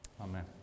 Amen